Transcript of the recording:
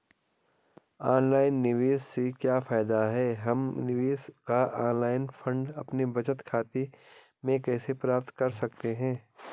Online निवेश से क्या फायदा है हम निवेश का ऑनलाइन फंड अपने बचत खाते में कैसे प्राप्त कर सकते हैं?